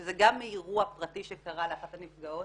שזה גם מאירוע פרטי שקרה לאחת הנפגעות.